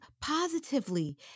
positively